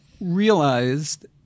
realized